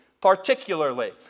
particularly